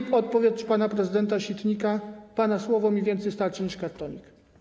I odpowiedź pana prezydenta Sitnika: pana słowo mi więcej starczy niż kartonik.